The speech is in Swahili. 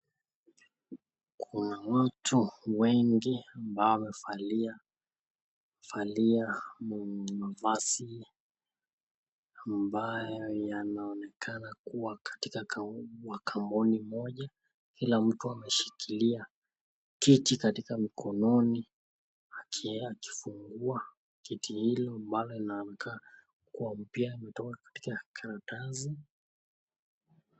Kuna watu wengi ambao wamevalia valia mavazi ambao wameonekana kuwa Wa kambuni Moja kila mtu ameshikilia kiti katika mkononi akifungua kiti hiyo ambalo linaamka kuwa mpya katika karatasi.